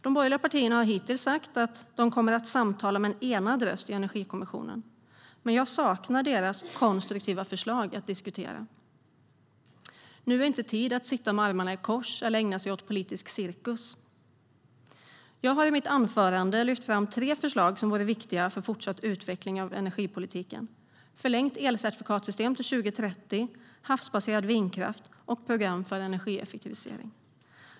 De borgerliga partierna har hittills sagt att de kommer att samtala med enad röst i Energikommissionen. Men jag saknar deras konstruktiva förslag att diskutera. Nu är inte tid att sitta med armarna i kors eller att ägna sig åt politisk cirkus. Jag har i mitt anförande lyft fram tre förslag som vore viktiga för fortsatt utveckling av energipolitiken: förlängt elcertifikatssystem till år 2030, havsbaserad vindkraft och program för energieffektivisering.